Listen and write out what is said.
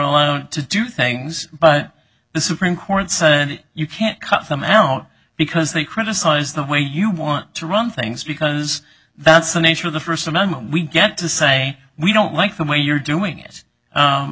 alone to do things but the supreme court said you can't cut them out because they criticize the way you want to run things because that's the nature of the first amendment we get to say we don't like the way you're doing it